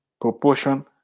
proportion